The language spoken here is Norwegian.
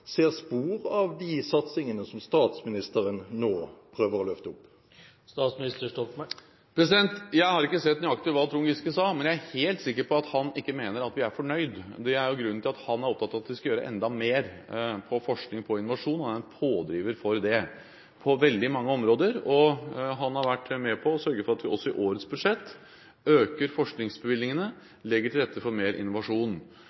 ser spor av de satsingene som statsministeren nå prøver å løfte opp. Jeg har ikke sett nøyaktig hva Trond Giske sa, men jeg er helt sikker på at han ikke mener at vi er fornøyd. Det er grunnen til at han er opptatt av at vi skal gjøre enda mer på forskning og innovasjon og er en pådriver for det på veldig mange områder. Han har vært med på å sørge for at vi også i årets budsjett øker